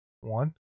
one